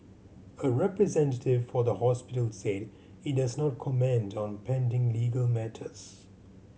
a representative for the hospital said it does not comment on pending legal matters